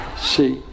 see